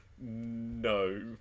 No